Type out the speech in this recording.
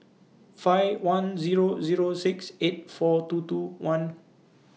five one Zero Zero six eight four two two one